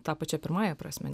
ta pačia pirmąja prasme